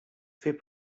fait